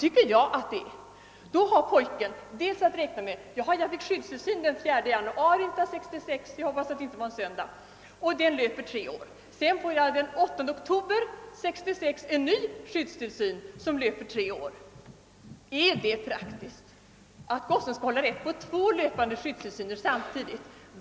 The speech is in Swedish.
Pojken har då att räkna med dels att han låt mig säga den 4 januari 1966 fick en skyddstillsyn som löper i tre år, dels att han den 8 oktober 1966 fick en ny skyddstillsyn som också löper i tre år. Är det praktiskt att pojken skall hålla reda på två löpande skyddstillsyner i framtiden?